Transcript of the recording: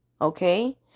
okay